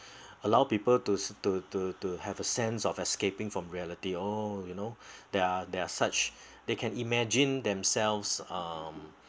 allow people to to to to have a sense of escaping from reality oh you know they're they're such they can imagine themselves um